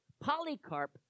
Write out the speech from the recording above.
Polycarp